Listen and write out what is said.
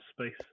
space